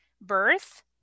birth